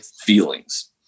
feelings